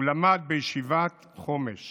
הוא למד בישיבת חומש